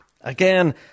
again